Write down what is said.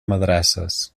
madrasses